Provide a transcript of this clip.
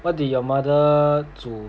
what did your mother 煮